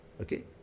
Okay